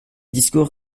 discours